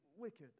wicked